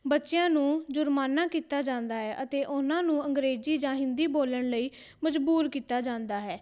ਬੱਚਿਆਂ ਨੂੰ ਜੁਰਮਾਨਾ ਕੀਤਾ ਜਾਂਦਾ ਹੈ ਅਤੇ ਉਹਨਾਂ ਨੂੰ ਅੰਗਰੇਜ਼ੀ ਜਾਂ ਹਿੰਦੀ ਬੋਲਣ ਲਈ ਮਜ਼ਬੂਰ ਕੀਤਾ ਜਾਂਦਾ ਹੈ